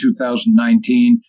2019